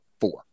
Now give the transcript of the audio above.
four